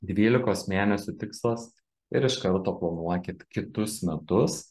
dvylikos mėnesių tikslas ir iš karto planuokit kitus metus